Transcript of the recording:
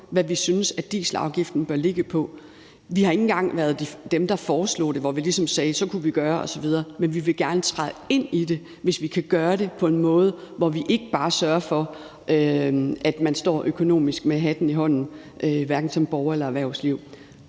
hvad vi synes at dieselafgiften bør ligge på, vi har ikke engang været dem, der foreslog det, hvor vi ligesom sagde, at man så kunne gøre det og det osv., men vi vil gerne træde ind i det, hvis vi kan gøre det på en måde, hvor vi ikke bare sørger for, at man økonomisk kommer til at stå med hatten i hånden, hverken som borger eller i erhvervslivet.